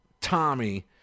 Tommy